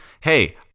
hey